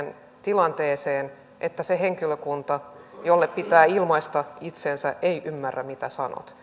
tilanteeseen että se henkilökunta jolle pitää ilmaista itsensä ei ymmärrä mitä sanot